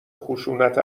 خشونت